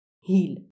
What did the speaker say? heal